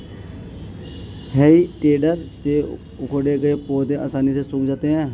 हेइ टेडर से उखाड़े गए पौधे आसानी से सूख जाते हैं